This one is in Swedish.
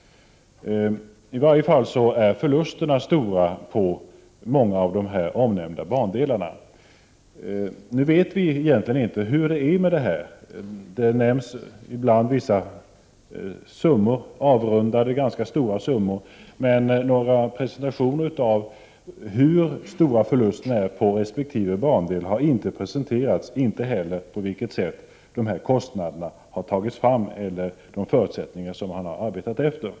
Förlusterna är stora på många av de omnämnda bandelarna. Vi vet egentligen inte hur det är. Det nämns ibland vissa avrundade summor som är ganska stora. Det har däremot aldrig gjorts någon presentation av hur stora förlusterna är på resp. bandel, på vilket sätt kostnaderna har tagits fram och vilka förutsättningar man har arbetat efter.